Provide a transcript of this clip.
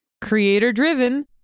Creator-driven